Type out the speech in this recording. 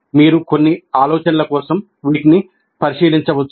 మీరు కొన్ని ఆలోచనల కోసం వీటిని పరిశీలించవచ్చు